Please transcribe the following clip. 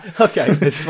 Okay